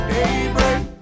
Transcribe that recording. Daybreak